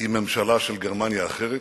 עם ממשלה של גרמניה אחרת,